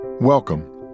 Welcome